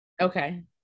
Okay